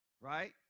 right